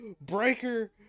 Breaker